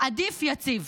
עדיף יציב.